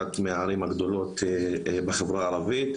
אחת מהערים הגדולות בחברה הערבית,